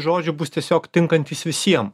žodžių bus tiesiog tinkantys visiems